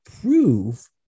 prove –